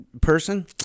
person